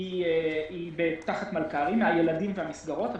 היא תחת מלכ"רים מהילדים והמסגרות,